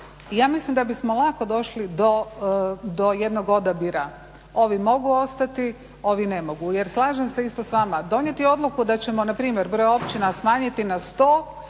ja mislim da bismo lako došli do jednog odabira, ovi mogu ostati, ovi ne mogu jer slažem se isto s vama, donijeti odluku da ćemo npr. broj općina smanjiti na sto